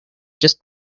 just